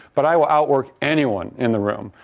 but i will outwork anyone in the room.